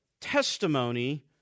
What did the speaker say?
testimony